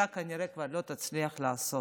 אתה כנראה כבר לא תצליח לעשות.